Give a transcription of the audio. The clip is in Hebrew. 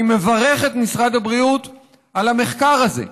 אני מברך את משרד הבריאות על המחקר הזה,